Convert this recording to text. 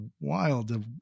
wild